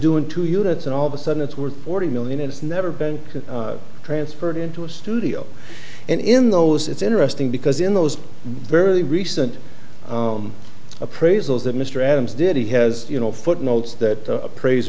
doing two units and all of a sudden it's worth forty million it's never been transferred into a studio and in those it's interesting because in those very recent appraisals that mr adams did he has you know footnotes that appraise